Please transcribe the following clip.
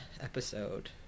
episode